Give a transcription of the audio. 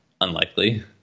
unlikely